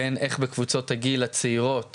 בקבוצות הגיל הצעירות